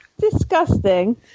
disgusting